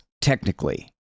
technically